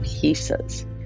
pieces